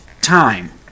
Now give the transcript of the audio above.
time